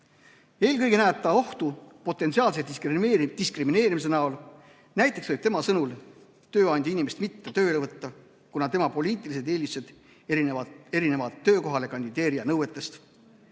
Eelkõige näeb ta ohtu potentsiaalse diskrimineerimise näol. Näiteks võib tema sõnul tööandja inimest mitte tööle võtta, kuna tema poliitilised eelistused erinevad töökohale kandideerija nõuetest.